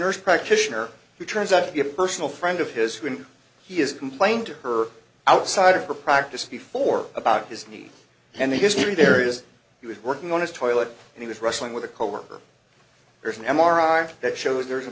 nurse practitioner who turns out to be a personal friend of his when he is complained to her outside of her practice before about his need and the history there is he was working on his toilet and he was wrestling with a coworker there's an m r i that shows there's a